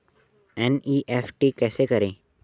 NEFT कैसे करें?